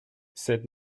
cette